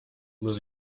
muss